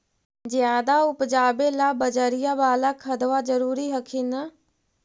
ज्यादा उपजाबे ला बजरिया बाला खदबा जरूरी हखिन न?